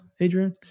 Adrian